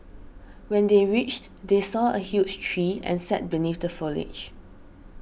when they reached they saw a huge tree and sat beneath the foliage